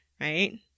right